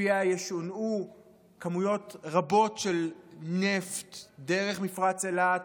שלפיו ישונעו כמויות רבות של נפט דרך מפרץ אילת,